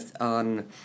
on